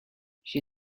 she